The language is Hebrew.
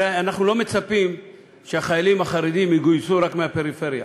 הרי אנחנו לא מצפים שהחיילים החרדים יגויסו רק מהפריפריה.